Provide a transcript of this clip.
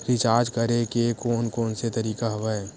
Recharge करे के कोन कोन से तरीका हवय?